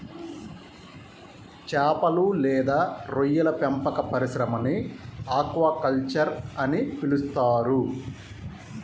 చేపలు లేదా రొయ్యల పెంపక పరిశ్రమని ఆక్వాకల్చర్ అని పిలుస్తారు